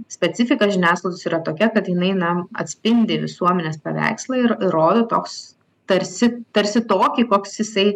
specifika žiniasklaidos yra tokia kad jinai na atspindi visuomenės paveikslą ir rodo toks tarsi tarsi tokį koks jisai